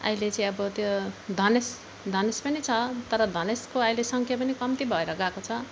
अहिले चाहिँ अब त्यो धनेस धनेस पनि छ तर धनेसको अहिले सङ्ख्या पनि कम्ती भएर गएको छ